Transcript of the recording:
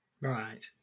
Right